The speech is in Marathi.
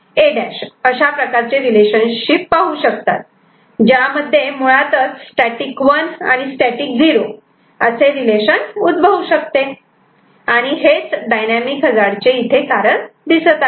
A'अशा प्रकारचे रिलेशन पाहू शकता ज्यामध्ये मुळातच स्टॅटिक 1 आणि स्टॅटिक 0 रिलेशन उद्भवू शकते आणि हेच डायनामिक हजार्ड चे कारण इथे दिसत आहे